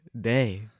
day